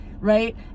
right